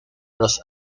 los